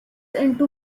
into